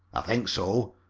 i think so.